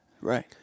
Right